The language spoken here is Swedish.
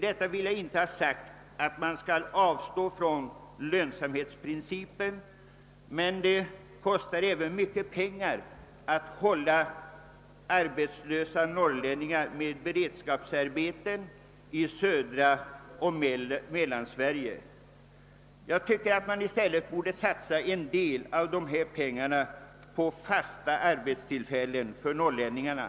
Därmed vill jag inte ha sagt att vi skall avstå från att tillämpa lönsamhetsprincipen, men det kostar också mycket pengar att för arbetslösa norrlänningar ordna beredskapsarbete i södra Sverige och Mellansverige. En del av dessa pengar borde kunna satsas på att skapa fasta arbetstillfällen för norrlänningarna.